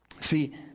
See